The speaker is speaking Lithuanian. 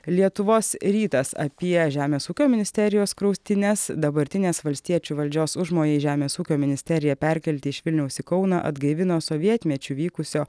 lietuvos rytas apie žemės ūkio ministerijos kraustynes dabartinės valstiečių valdžios užmojai žemės ūkio ministeriją perkelti iš vilniaus į kauną atgaivino sovietmečiu vykusio